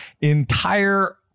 entire